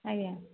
ଆଜ୍ଞା